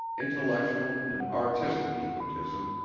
intellectual and artistic egotism,